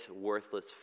worthless